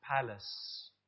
palace